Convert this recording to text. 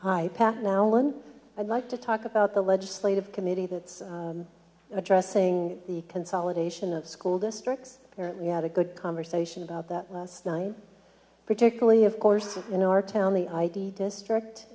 hi pat now listen i'd like to talk about the legislative committee that's addressing the consolidation of school districts apparently had a good conversation about that last night particularly of course you know our town the i d district